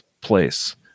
place